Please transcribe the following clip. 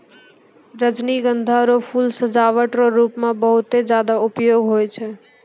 रजनीगंधा रो फूल सजावट रो रूप मे बहुते ज्यादा उपयोग हुवै छै